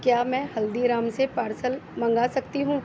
کیا میں ہلدی رام سے پارسل منگا سکتی ہوں